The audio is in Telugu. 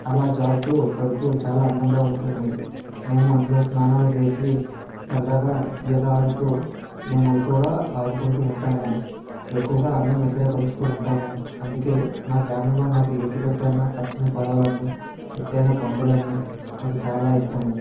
అలా జారుతూ పడుతూ చాలా అందంగా ఉంటుంది మేము అందులో స్నానాలు చేసి సరదాగా ఈత ఆడుతూ మేము ఎక్కువగా ఆడుకుంటూ ఉంటాము ఎక్కువగా అందరమూ ఇక్కడే కలుస్తూ ఉంటాము అందుకే మా గ్రామంలో నాకు ఏటిగట్టు అన్న పచ్చని పొలాలన్న ఎతైన కొండలన్న నాకు చాలా ఇష్టము